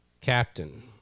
captain